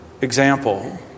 example